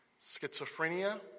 Schizophrenia